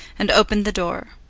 and opened the door.